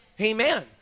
Amen